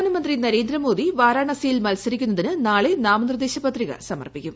പ്രധാനമന്ത്രി നരേന്ദ്രമോദി വാരാണസിയിൽ മൽസരിക്കുന്നതിന് നാളെ നാമനിർദ്ദേശപത്രിക സമർപ്പിക്കും